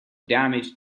damaged